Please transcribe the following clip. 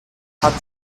hat